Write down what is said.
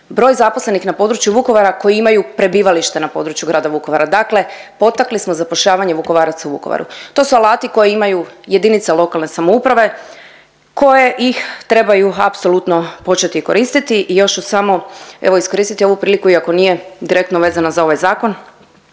broj zaposlenih na području Vukovara koji imaju prebivalište na području grada Vukovara, dakle potakli smo zapošljavanje Vukovaraca u Vukovaru. To su alati koje imaju jedinice lokalne samouprave koje ih trebaju apsolutno početi koristiti. I još ću samo, evo iskoristiti ovu priliku, iako nije direktno vezana za ovaj zakon,